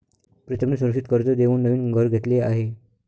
प्रीतमने सुरक्षित कर्ज देऊन नवीन घर घेतले आहे